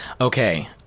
Okay